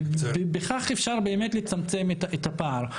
ובכך אפשר באמת לצמצם את הפער,